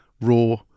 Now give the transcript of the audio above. raw